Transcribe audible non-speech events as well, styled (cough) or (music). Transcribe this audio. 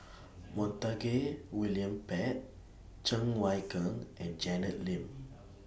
(noise) Montague William Pett Cheng Wai Keung and Janet Lim